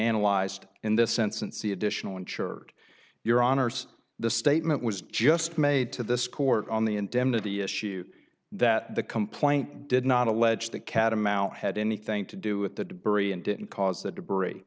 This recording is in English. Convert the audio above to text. analyzed in this instance the additional insured your honour's the statement was just made to this court on the indemnity issue that the complaint did not allege that catamount had anything to do with the debris and didn't cause the debris